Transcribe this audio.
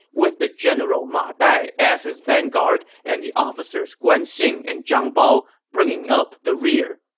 with the general ma dai as his vanguard and the officers guan xing and zhang bao bringing up the rear.